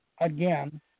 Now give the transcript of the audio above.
Again